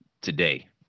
today